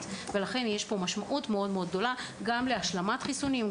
ולכן יש משמעות גדולה מאוד להשלמת החיסונים,